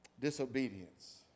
disobedience